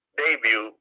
debut